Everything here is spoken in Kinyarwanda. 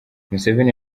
museveni